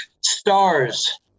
stars